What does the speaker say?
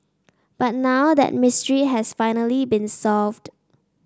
but now that mystery has finally been solved